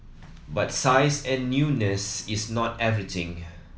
but size and newness is not everything